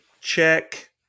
check